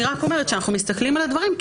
אני רק אומרת שכשאנחנו מסתכלים על הדברים,